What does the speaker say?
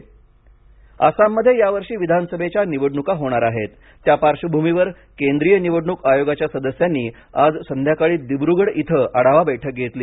आसाम निवडणूक आसाममध्ये यावर्षी विधानसभेच्या निवडणुका होणार आहेत त्या पार्श्वभूमीवर केंद्रीय निवडणूक आयोगाच्या सदस्यांनी आज संध्याकाळी दिब्रगढ इथं आढावा बैठक घेतली